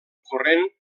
corrent